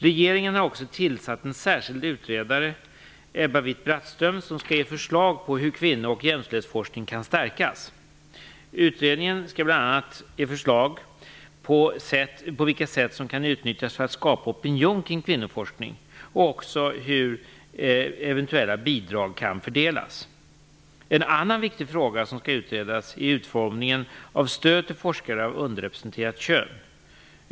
Regeringen har också tillsatt en särskild utredare, Ebba Witt-Brattström, som skall ge förslag på hur kvinno och jämställdhetsforskning kan stärkas. Utredningen skall bl.a. ge förslag på hur det kan skapas opinion kring kvinnoforskning och även hur eventuella bidrag kan fördelas. En annan viktig fråga som skall utredas är utformningen av stöd till forskare av underrepresenterat kön.